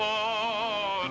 oh